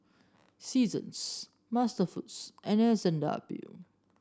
Seasons MasterFoods and S and W